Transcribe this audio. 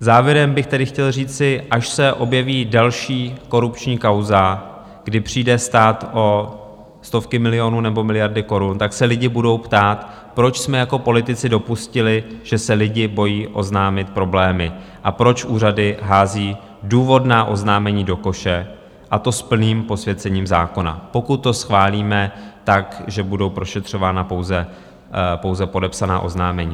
Závěrem bych tedy chtěl říci, až se objeví další korupční kauza, kdy přijde stát o stovky milionů nebo miliardy korun, tak se lidi budou ptát, proč jsme jako politici dopustili, že se lidi bojí oznámit problémy, a proč úřady hází důvodná oznámení do koše, a to s plným posvěcením zákona, pokud to schválíme tak, že budou prošetřována pouze podepsaná oznámení.